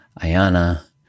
Ayana